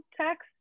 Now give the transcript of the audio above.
text